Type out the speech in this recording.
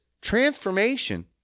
transformation